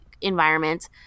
environments